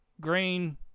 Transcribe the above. green